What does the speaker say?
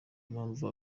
mpamvu